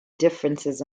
differences